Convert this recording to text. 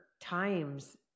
times